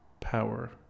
power